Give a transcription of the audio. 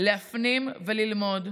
להפנים וללמוד,